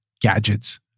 gadgets